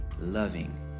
loving